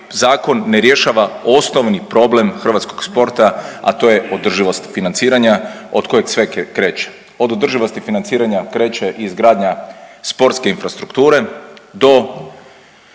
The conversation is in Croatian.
ne rješava osnovni problem hrvatskog sporta, a to je održivost financiranja od kojeg sve kreće. Od održivosti financiranja kreće i izgradnja sportske infrastrukture do